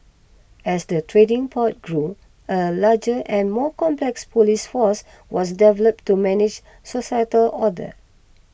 as the trading port grew a larger and more complex police force was developed to manage societal order